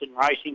Racing